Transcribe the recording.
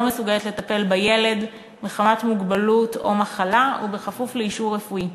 מסוגלת לטפל בילד מחמת מוגבלות או מחלה ובכפוף לאישור רפואי,